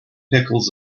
pickles